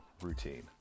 routine